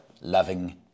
loving